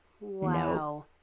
Wow